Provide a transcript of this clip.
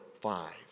five